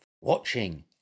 watching